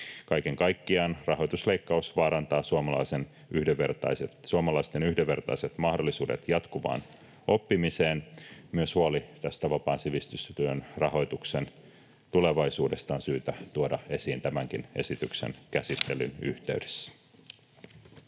Kaiken kaikkiaan rahoitusleikkaus vaarantaa suomalaisten yhdenvertaiset mahdollisuudet jatkuvaan oppimiseen. Myös huoli tästä vapaan sivistystyön rahoituksen tulevaisuudesta on syytä tuoda esiin tämänkin esityksen käsittelyn yhteydessä.